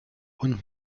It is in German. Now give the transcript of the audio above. und